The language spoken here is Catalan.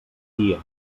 guia